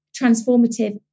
transformative